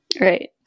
Right